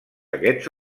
aquests